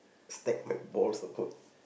stack my balls or what